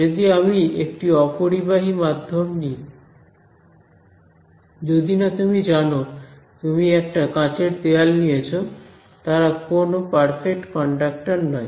যদি আমি একটি অপরিবাহী মাধ্যম নিই যদিনা তুমি জানো যে তুমি একটা কাচের দেয়াল নিয়েছো তারা কোন পারফেক্ট কন্ডাক্টর নয়